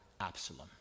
Absalom